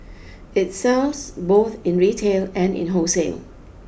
it sells both in retail and in wholesale